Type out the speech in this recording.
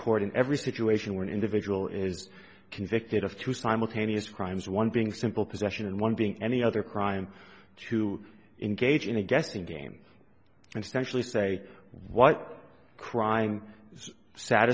court in every situation one individual is convicted of two simultaneous crimes one being simple possession and one being any other crime to engage in a guessing game and essentially say what crime is sad